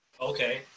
Okay